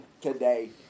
today